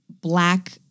black